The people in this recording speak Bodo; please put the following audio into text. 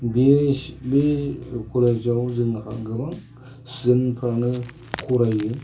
बे कलेजाव जोंहा गोबां स्टुदेन्टफ्रानो फरायो